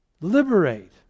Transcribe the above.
liberate